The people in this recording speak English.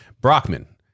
Brockman